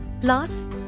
Plus